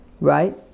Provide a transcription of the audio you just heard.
Right